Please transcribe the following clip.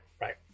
right